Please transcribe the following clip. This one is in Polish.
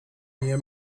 nie